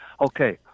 Okay